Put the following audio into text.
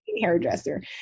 hairdresser